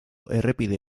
errepide